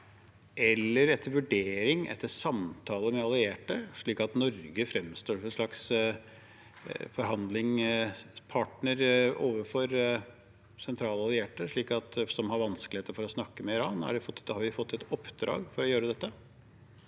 eller etter vurdering fra eller etter samtaler med allierte, slik at Norge fremstår som en slags forhandlingspartner overfor sentrale allierte som har vanskeligheter med å snakke med Iran? Har vi fått et oppdrag om å gjøre dette?